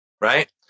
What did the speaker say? Right